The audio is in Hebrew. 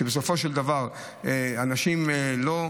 כשבסופו של דבר אנשים לא,